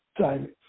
time